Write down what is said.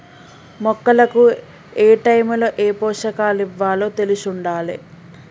మొక్కలకు ఏటైముల ఏ పోషకాలివ్వాలో తెలిశుండాలే